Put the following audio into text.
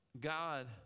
God